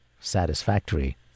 satisfactory